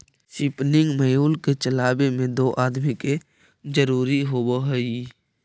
spinning mule के चलावे में दो आदमी के जरुरी होवऽ हई